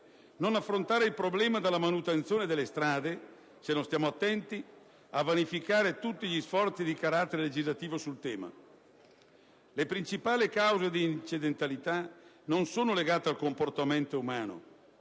Non affrontare il problema della manutenzione delle strade equivale, se non stiamo attenti, a vanificare tutti gli sforzi di carattere legislativo sul tema. Le principali cause di incidentalità sono legate al comportamento umano,